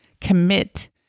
commit